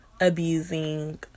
abusing